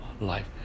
life